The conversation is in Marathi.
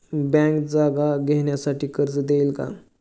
बँक जागा घेण्यासाठी कर्ज देईल का?